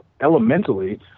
elementally